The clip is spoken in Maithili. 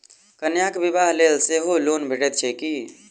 कन्याक बियाह लेल सेहो लोन भेटैत छैक की?